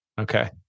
Okay